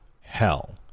hell